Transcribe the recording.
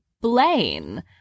blaine